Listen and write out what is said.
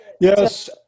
Yes